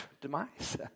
demise